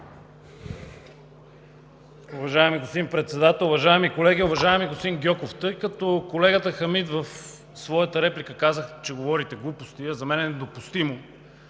Уважаеми господин Председател, уважаеми колеги! Уважаеми господин Гьоков, тъй като колегата Хамид в своята реплика каза, че говорите глупости, а за мен е недопустимо